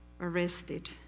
arrested